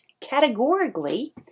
categorically